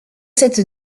cette